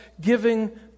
giving